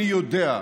אני יודע,